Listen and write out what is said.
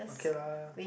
okay lah